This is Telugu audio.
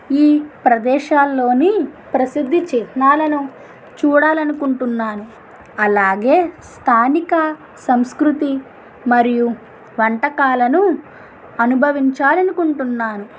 ఈ ప్రదేశాల్లోని ప్రసిద్ధి చిహ్నాలను చూడాలి అనుకుంటున్నాను అలాగే స్థానిక సంస్కృతి మరియు వంటకాలను అనుభవించాలి అనుకుంటున్నాను